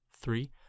three